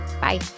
Bye